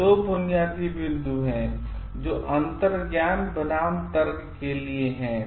तो दो बुनियादी बिंदु हैं जो अंतर्ज्ञान बनाम तर्क के लिए हैं